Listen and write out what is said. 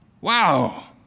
Wow